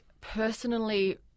personally